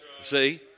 See